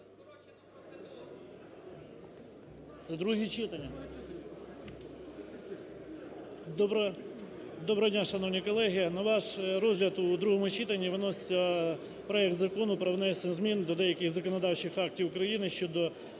ДЗЮБЛИК П.В. Шановні колеги, на ваш розгляд у другому читанні вноситься законопроект про внесення змін до деяких законодавчих актів України (щодо